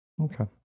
okay